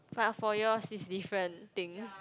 but for yours is different thing